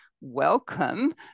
welcome